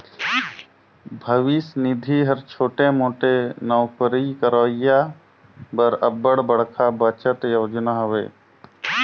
भविस निधि हर छोटे मोटे नउकरी करोइया बर अब्बड़ बड़खा बचत योजना हवे